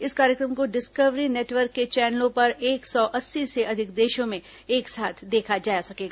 इस कार्यक्रम को डिस्कवरी नेटवर्क के चैनलों पर एक सौ अस्सी से अधिक देशों में एक साथ देखा जा सकेगा